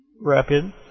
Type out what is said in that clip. rapid